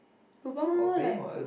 lobang loh like